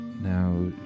now